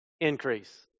increase